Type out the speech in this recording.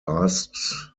asks